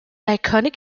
iconic